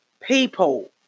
people